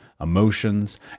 emotions